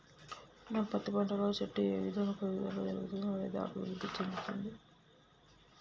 నా పత్తి పంట లో చెట్టు ఏ విధంగా పెరుగుదల జరుగుతుంది లేదా అభివృద్ధి చెందుతుంది?